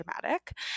dramatic